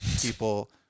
people